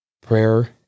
Prayer